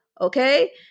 Okay